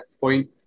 point